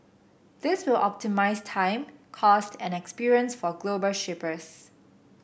this will optimise time cost and experience for global shippers